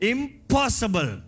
Impossible